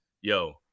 Yo